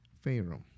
Pharaoh